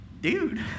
dude